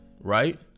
right